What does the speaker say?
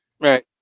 Right